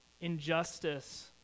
injustice